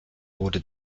wurde